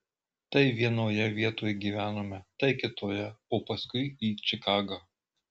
tai vienoje vietoj gyvenome tai kitoje o paskui į čikagą